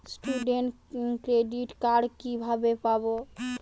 Student credit card কিভাবে পাব?